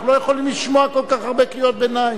אנחנו לא יכולים לשמוע כל כך הרבה קריאות ביניים.